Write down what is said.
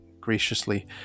graciously